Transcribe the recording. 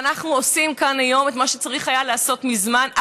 ואנחנו עושים כאן היום את מה שצריך היה להיעשות מזמן,